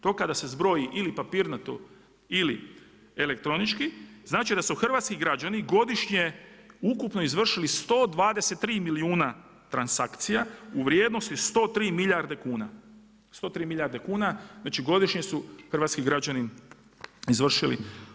To kada se zbroji ili papirnato ili elektronički znači da su hrvatski građani godišnje ukupno izvršili 123 milijuna transakcija u vrijednosti 103 milijarde kuna, znači godišnje su hrvatski građani izvršili.